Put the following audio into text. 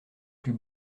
plus